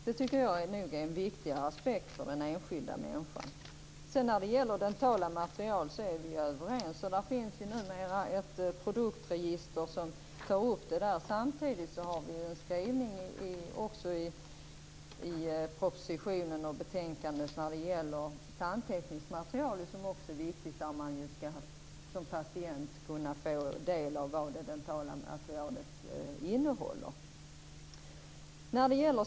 Det tycker jag är en viktigare aspekt för den enskilda människan. När det gäller dentala material är vi överens. Det finns numera ett produktregister som tar upp dem. Samtidigt har vi en skrivning i propositionen och i betänkandet som gäller tandtekniskt material, som också är viktigt. Man skall som patient kunna få del av vad det dentala materialet innehåller.